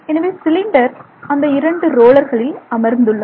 எனவே சிலிண்டர் அந்த இரண்டு ரோலர்களில் அமர்ந்துள்ளது